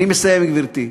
אני מסיים, גברתי.